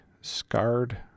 scarred